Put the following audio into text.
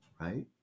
right